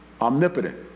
Omnipotent